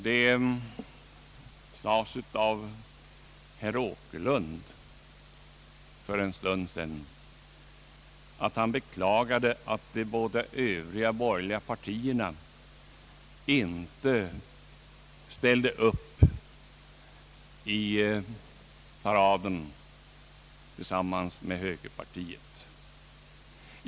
Det sades av herr Åkerlund för en stund sedan att han beklagade att de båda övriga borgerliga partierna inte ställde upp i paraden tillsammans med högerpartiet.